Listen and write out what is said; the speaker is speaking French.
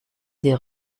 des